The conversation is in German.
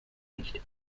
nicht